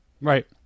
Right